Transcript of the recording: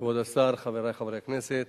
והוא הצעת